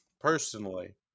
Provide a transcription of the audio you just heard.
personally